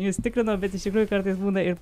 jus tikrinau bet iš tikrųjų kartais būna ir